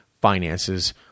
finances